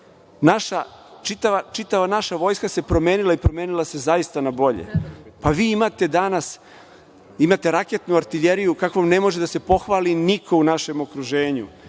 čitava naša Vojska se promenila i promenila se zaista na bolje. Pa, vi imate danas, imate raketnu artiljeriju kakvom ne može se da se pohvali niko u našem okruženju.